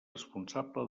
responsable